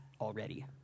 already